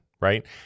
Right